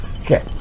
Okay